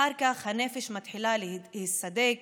אחר כך הנפש מתחילה להיסדק